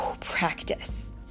practice